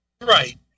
Right